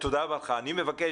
תודה רבה לך, דויד גל.